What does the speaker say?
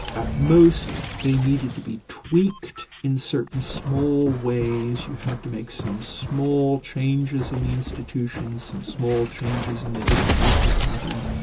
at most they needed to be tweaked in certain small ways, you had to make some small changes in the institutions, some small changes in the distributional patterns,